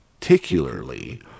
particularly